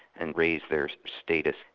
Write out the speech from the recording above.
and raise their status.